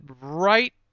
right